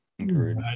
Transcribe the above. Agreed